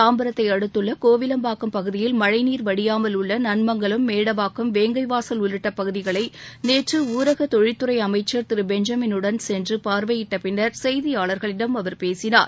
தாம்பரத்தை அடுத்துள்ள கோவிலம்பாக்கம் பகுதியில் மழைநீர் வடியாமல் உள்ள நன்மங்கலம் மேடவாக்கம் வேங்கைவாசல் உள்ளிட்ட பகுதிகளை நேற்று ஊரக தொழில்துறை அமைச்ச் திரு பெஞ்சமின் உடன் சென்று பார்வையிட்ட பின்னர் செய்தியாளர்களிடம் அவர் பேசினார்